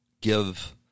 give